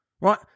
Right